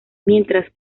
mientras